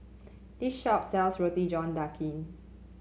this shop sells Roti John Daging